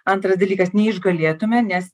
antras dalykas neišgalėtume nes